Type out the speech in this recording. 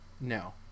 no